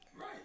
Right